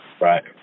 Right